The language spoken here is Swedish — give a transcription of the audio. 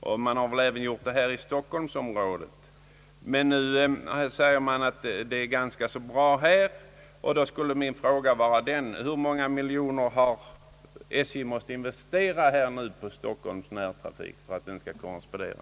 Det har man väl gjort i stockholmsområdet också, men nu sägs det att förhållandena här uppe är ganska bra. Då frågar jag: Hur många miljoner har SJ måst investera i Stockholms närtrafik för att den skall korrespondera?